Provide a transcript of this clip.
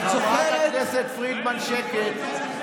חברת הכנסת פרידמן, שקט.